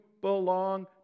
belong